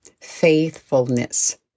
faithfulness